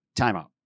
timeout